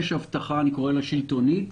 יש הבטחה שלטונית